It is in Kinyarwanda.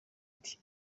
iti